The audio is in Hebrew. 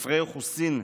אומרים?